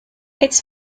its